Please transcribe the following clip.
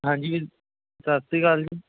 ਹਾਂਜੀ ਸਤਿ ਸ਼੍ਰੀ ਅਕਾਲ ਜੀ